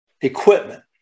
equipment